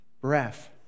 breath